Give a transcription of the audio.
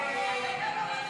הסתייגות 53 לא נתקבלה.